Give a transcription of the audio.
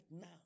now